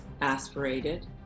aspirated